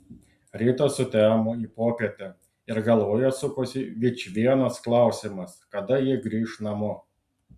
rytas sutemo į popietę ir galvoje sukosi vičvienas klausimas kada ji grįš namo